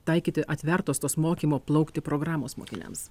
taikyti atvertos tos mokymo plaukti programos mokiniams